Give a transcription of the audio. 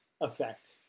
effect